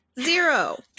zero